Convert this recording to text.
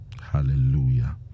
Hallelujah